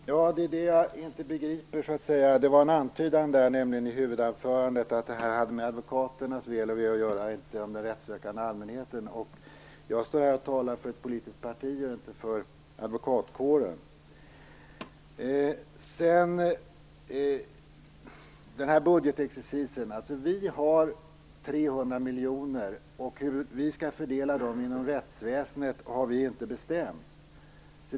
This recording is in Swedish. Fru talman! Det är ju detta som jag inte begriper. Det fanns en antydan i huvudanförandet om att detta hade med advokaternas väl och ve att göra och inte med den rättssökande allmänheten. Jag står här och talar för ett politiskt parti och inte för advokatkåren. Beträffande denna budgetexercis måste jag säga att vi har 300 miljoner kronor. Hur vi skall fördela dem inom rättsväsendet har vi inte bestämt.